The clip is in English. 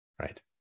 right